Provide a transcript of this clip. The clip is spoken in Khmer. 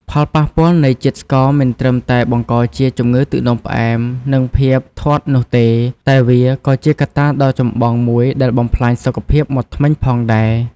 ផលប៉ះពាល់នៃជាតិស្ករមិនត្រឹមតែបង្កជាជំងឺទឹកនោមផ្អែម និងភាពធាត់នោះទេ តែវាក៏ជាកត្តាដ៏ចម្បងមួយដែលបំផ្លាញសុខភាពមាត់ធ្មេញផងដែរ។